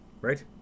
right